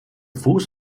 fuß